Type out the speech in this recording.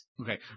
Okay